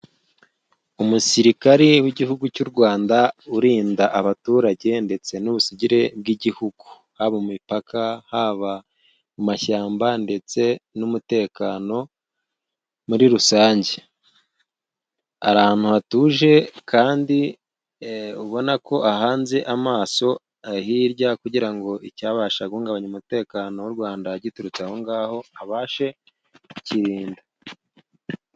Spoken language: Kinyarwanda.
Umusirikare w'Igihugu cy'u Rwanda urinda abaturage, ndetse n'ubusugire bw'igihugu. Haba mu mipaka, haba mu mashyamba ndetse n'umutekano muri rusange. Ari ahantu hatuje kandi ubona ko ahanze amaso hirya kugira ngo icyabasha guhungabanya umutekano w'u Rwanda giturutse aho ngaho abashe kukirinda.